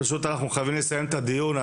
אנחנו פשוט חייבים לסיים את הדיון,